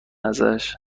ازش